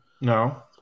No